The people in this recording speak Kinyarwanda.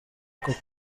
koko